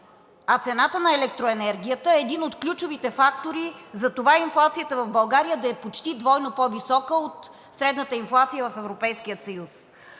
а цената на електроенергията е един от ключовите фактори за това инфлацията в България да е почти двойно по-висока от средната инфлация в Европейския съюз.